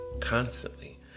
constantly